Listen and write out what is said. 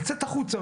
לצאת החוצה,